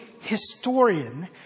historian